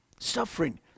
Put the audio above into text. suffering